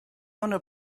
owner